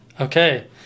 Okay